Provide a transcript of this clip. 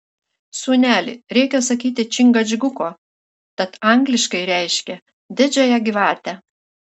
sūneli reikia sakyti čingačguko tat angliškai reiškia didžiąją gyvatę